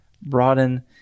broaden